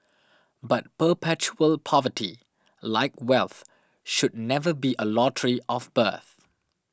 but perpetual poverty like wealth should never be a lottery of birth